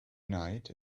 night